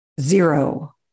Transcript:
Zero